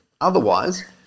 Otherwise